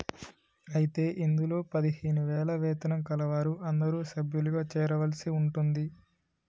అయితే ఇందులో పదిహేను వేల వేతనం కలవారు అందరూ సభ్యులుగా చేరవలసి ఉంటుంది